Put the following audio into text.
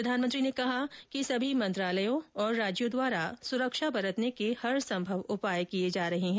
प्रधानमंत्री ने कहा कि सभी मंत्रालयों और राज्यों द्वारा सुरक्षा बरतने के हरसंभव उपाय किए जा रहे हैं